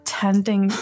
tending